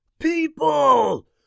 people